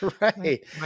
Right